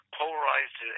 polarized